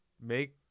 make